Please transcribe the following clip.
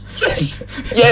yes